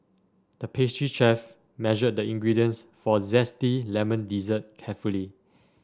the pastry chef measured the ingredients for a zesty lemon dessert carefully